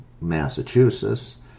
Massachusetts